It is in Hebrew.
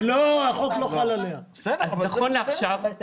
אז החוק לא חל עליה - זה מה